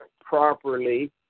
properly